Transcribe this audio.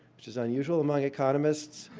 which is unusual among economists.